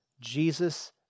Jesus